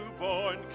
newborn